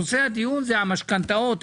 נושא הדיון זה המשכנתאות,